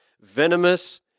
venomous